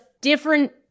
different